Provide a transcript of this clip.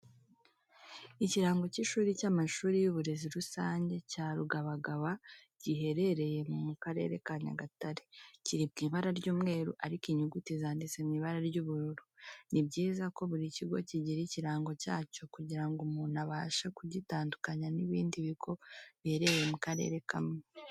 Ikirango cy'ikigo cy'amashuri y'uburezi rusange cya Rubagabaga giherereye mu Karere ka Nyagatare. Kiri mu ibara ry'umweru ariko inyuguti zanditse mu ibara ry'ubururu. Ni byiza ko buri kigo kigira ikirango cyacyo kugira ngo umuntu abashe kugitandukanya n'ibindi bigo biherereye mu karere kamwe.